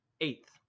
eighth